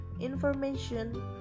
information